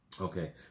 Okay